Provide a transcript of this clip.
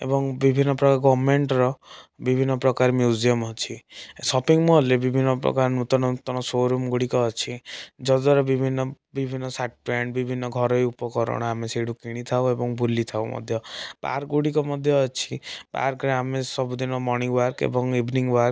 ଏବଂ ବିଭିନ୍ନ ପ୍ରକାର ଗଭର୍ଣ୍ଣମେଣ୍ଟ୍ର ବିଭିନ୍ନ ପ୍ରକାର ମ୍ୟୁଜିୟମ୍ ଅଛି ସପିଙ୍ଗ୍ ମଲ୍ରେ ବିଭିନ୍ନ ପ୍ରକାର ନୂତନ ନୂତନ ସୋରୁମ୍ ଗୁଡ଼ିକ ଅଛି ଯତ୍ ଦ୍ଵାରା ବିଭିନ୍ନ ବିଭିନ୍ନ ସାର୍ଟ୍ ପେଣ୍ଟ୍ ବିଭିନ୍ନ ଘରୋଇ ଉପକରଣା ଆମେ ସେଠୁ କିଣି ଥାଉ ଏବଂ ବୁଲିଥାଉ ମଧ୍ୟ ପାର୍କ୍ ଗୁଡ଼ିକ ମଧ୍ୟ ଅଛି ପାର୍କ୍ରେ ଆମେ ସବୁଦିନ ମର୍ଣ୍ଣିଙ୍ଗ୍ ୱାର୍କ୍ ଏବଂ ଇଭିନିଙ୍ଗ୍ ୱାର୍କ୍